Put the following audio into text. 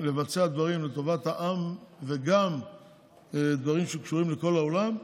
לבצע גם דברים לטובת העם וגם דברים שקשורים לכל העולם,